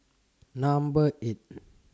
Number eight